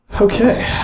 Okay